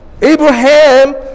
Abraham